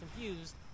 confused